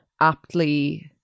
aptly